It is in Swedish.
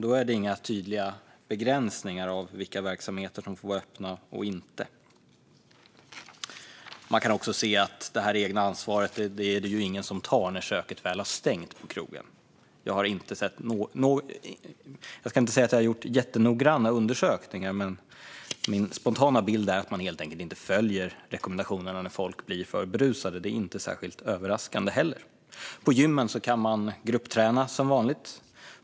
Där finns inga tydliga begränsningar av vilka verksamheter som får vara öppna eller inte. Man kan också se att när köket på krogen väl har stängt är det inte någon som tar det där egna ansvaret. Jag har inte gjort jättenoggranna undersökningar. Men min spontana bild är att folk inte följer rekommendationerna när de blir för berusade. Det är inte särskilt överraskande. På gymmen går det att gruppträna som vanligt.